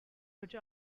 which